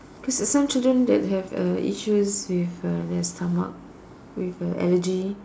cause at some children that have uh issues with uh their stomach with uh allergy